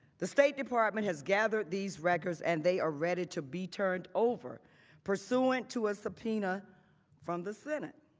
the state department has gathered these records and they are ready to be turned over pursuant to a subpoena from the senate.